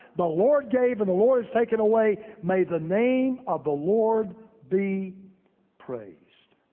the lord gave and the lord has taken away. may the name of the lord be praised.